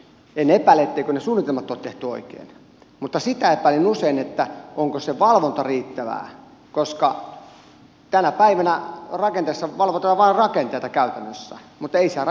en epäile etteikö ne suunnitelmat ole tehty oikein mutta sitä epäilen usein onko se valvonta riittävää koska tänä päivänä valvotaan vain rakenteita käytännössä mutta ei siinä rakennusvirheitä valvota